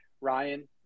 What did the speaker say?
Ryan